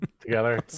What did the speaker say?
together